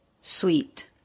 sweet